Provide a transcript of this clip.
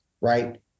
right